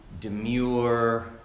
demure